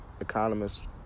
economists